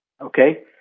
Okay